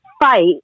fight